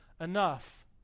enough